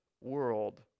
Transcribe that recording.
world